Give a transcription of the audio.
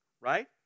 right